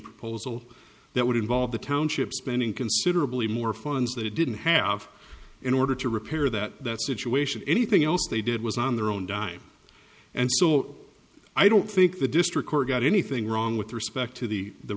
proposal that would involve the township spending considerably more funds that it didn't have in order to repair that situation anything else they did was on their own dime and so i don't think the district court got anything wrong with respect to the the